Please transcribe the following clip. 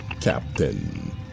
Captain